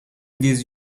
these